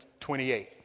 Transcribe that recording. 28